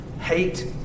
hate